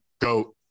Go